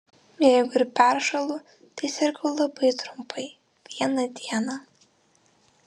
jeigu ir peršąlu tai sergu labai trumpai vieną dieną